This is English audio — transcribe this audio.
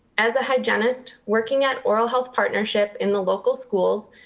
as a hygienist, working at oral health partnership in the local schools,